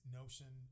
notion